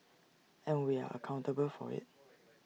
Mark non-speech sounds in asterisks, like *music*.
and *noise* we are accountable for IT